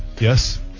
Yes